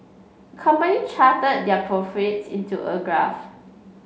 the company charted their profits into a graph